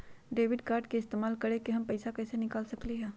Debit card के इस्तेमाल करके हम पैईसा कईसे निकाल सकलि ह?